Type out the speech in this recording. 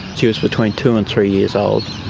she was between two and three years old.